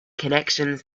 connections